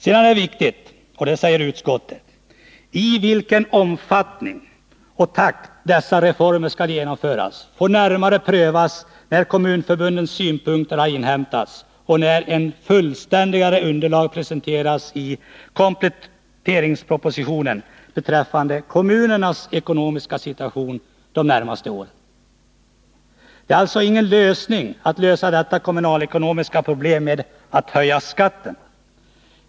Sedan säger utskottet, och det är viktigt, att det närmare får prövas i vilken omfattning och takt dessa reformer skall genomföras när kommunförbundens synpunkter har inhämtats och när ett fullständigare underlag presenterats i kompletteringspropositionen beträffande kommunernas ekonomiska 29 situation de närmaste åren. Det är alltså ingen lösning av detta kommunalekonomiska problem att höja skatten.